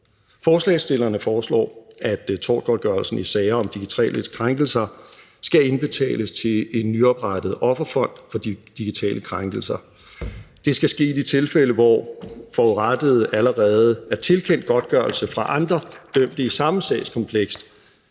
Forslagsstillerne foreslår, at tortgodtgørelsen i sager om digitale krænkelser skal indbetales til en nyoprettet offerfond for digitale krænkelser. Det skal ske i de tilfælde, hvor forurettede allerede er tilkendt godtgørelse fra andre dømte i samme sagskompleks,